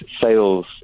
sales